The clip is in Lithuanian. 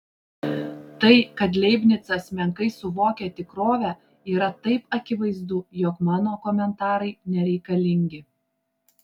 tai kad leibnicas menkai suvokia tikrovę yra taip akivaizdu jog mano komentarai nereikalingi